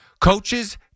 Coaches